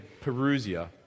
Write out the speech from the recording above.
Perusia